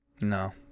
No